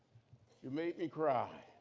you made me cry.